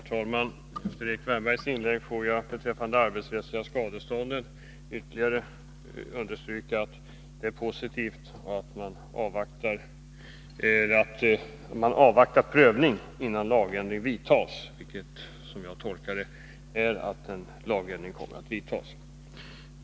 Herr talman! Efter Erik Wärnbergs inlägg får jag beträffande det arbetsrättsliga skadeståndet ytterligare understryka att det är positivt att man avvaktar prövning innan lagändring vidtas. Jag tolkar detta så att en lagändring kommer att vidtas.